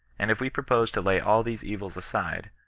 and if we propose to lay all these evils aside,